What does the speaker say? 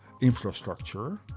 infrastructure